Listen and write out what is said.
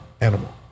animal